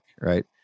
Right